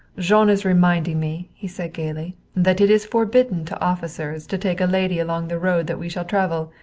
jean is reminding me, he said gayly, that it is forbidden to officers to take a lady along the road that we shall travel.